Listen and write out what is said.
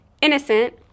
innocent